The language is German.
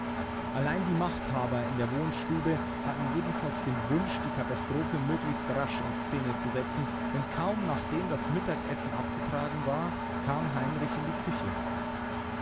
allein die machthaber in der wohnstube hatten jedenfalls den wunsch die katastrophe möglichst rasch in szene zu setzen denn kaum nachdem das mittagessen abgetragen war kam heinrich in die küche